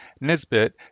Nisbet